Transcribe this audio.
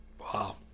Wow